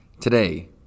today